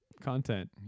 content